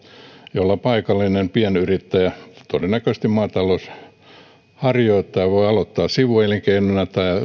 joilla paikallinen pienyrittäjä todennäköisesti maatalousharjoittaja voi aloittaa sivuelinkeinona tai